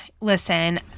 listen